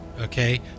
okay